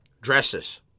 dresses